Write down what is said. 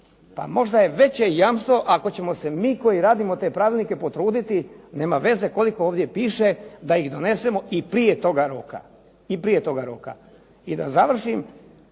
Pa možda je veće jamstvo ako ćemo se mi koji radimo te pravilnike potruditi, nema veze koliko ovdje piše, da ih donesemo i prije toga roka. I da završim,